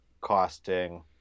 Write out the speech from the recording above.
costing